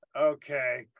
Okay